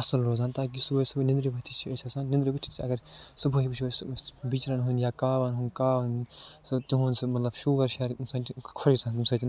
اَصٕل روزان تاکہِ صُبحٲے صُبحٲے نِنٛدِرِ ؤتِتھ چھِ أسۍ آسان نِنٛدرِ وُچھِتھ چھِ اَگر صُبحٲے وُچھٕو أسۍ بِچرَن ۂنٛد یا کاوَن ہُنٛد کاو سُہ تِہُنٛد سُہ مطلب شور شَر اِنسان چھِ خوش گژھان تٔمۍ سۭتۍ